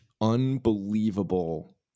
unbelievable